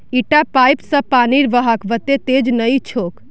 इटा पाइप स पानीर बहाव वत्ते तेज नइ छोक